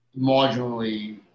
marginally